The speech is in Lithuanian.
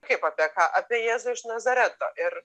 kaip apie ką apie jėzų iš nazareto ir